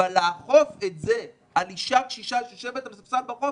אבל לאכוף את זה על אישה קשישה שיושבת על הספסל ברחוב